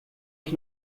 ich